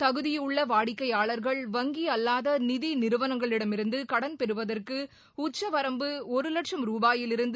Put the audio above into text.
தகுதியுள்ள வாடிக்கையாளர்கள் வங்கி அல்லாத நிதி நிறுவனங்களிடமிருந்து கடன் பெறுவதற்கு உச்சவரம்பு ஒரு லட்சம் ரூபாயிலிருந்து